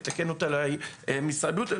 יתקן אותי משרד הבריאות,